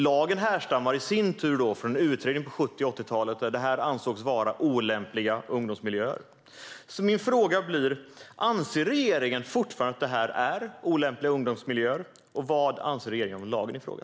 Lagen härstammar i sin tur från utredningar på 1970 och 80-talen när de ansågs vara olämpliga ungdomsmiljöer. Anser regeringen fortfarande att de är olämpliga ungdomsmiljöer, och vad anser regeringen om lagen i fråga?